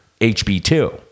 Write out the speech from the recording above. HB2